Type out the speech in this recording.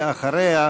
אחריה,